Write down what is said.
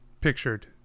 pictured